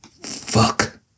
Fuck